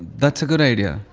that's a good idea.